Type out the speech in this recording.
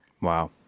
Wow